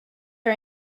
her